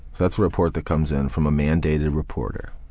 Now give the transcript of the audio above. that's a report that comes in from a mandated reporter.